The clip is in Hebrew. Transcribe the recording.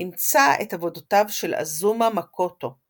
נמצא את עבודותיו של אזומה מקוטו ,